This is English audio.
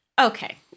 Okay